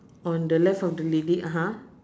on the left of the lady (uh huh)